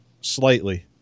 slightly